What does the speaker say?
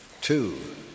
Two